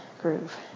groove